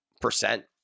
percent